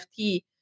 NFT